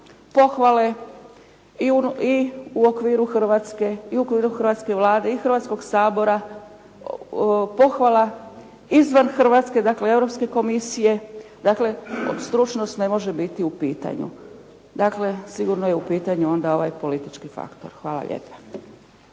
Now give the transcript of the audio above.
Hrvatske, i u okviru hrvatske Vlade, i Hrvatskog sabora, pohvala izvan Hrvatske dakle Europske komisije. Dakle stručnost ne može biti u pitanju. Dakle sigurno je u pitanju onda ovaj politički faktor. Hvala lijepa.